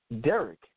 Derek